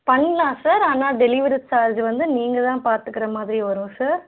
பண்ணலாம் சார் ஆனால் delivery charge வந்து நீங்கள் தான் பார்த்துக்கற மாதிரி வரும் சார்